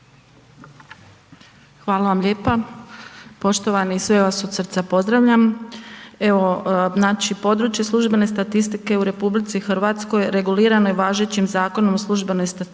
Hvala vam lijepa. Poštovani, sve vas od srca pozdravljam. Evo znači područje službene statistike u RH regulirano je važećim Zakonom o službenoj statistici